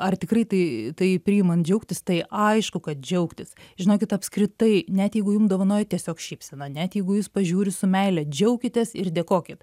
ar tikrai tai tai priimant džiaugtis tai aišku kad džiaugtis žinokit apskritai net jeigu jum dovanoja tiesiog šypseną net jeigu į jus pažiūri su meile džiaukitės ir dėkokit